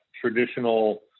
traditional